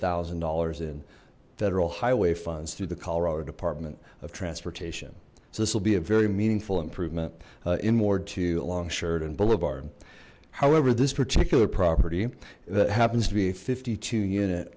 thousand dollars in federal highway funds through the colorado department of transportation so this will be a very meaningful improvement in ward two along shirt and boulevard however this particular property that happens to be a fifty two unit